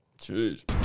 Cheers